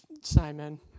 Simon